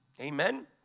Amen